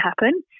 happen